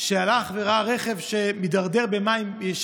שראה רכב ובו משפחה מידרדר במים.